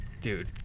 Dude